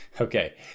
Okay